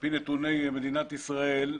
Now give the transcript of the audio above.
על פי נתוני מדינת ישראל,